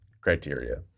criteria